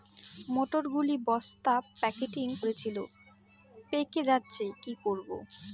মটর শুটি বস্তা প্যাকেটিং করেছি পেকে যাচ্ছে কি করব?